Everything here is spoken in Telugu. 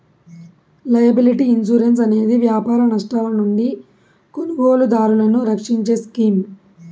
లైయబిలిటీ ఇన్సురెన్స్ అనేది వ్యాపార నష్టాల నుండి కొనుగోలుదారులను రక్షించే స్కీమ్